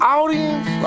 audience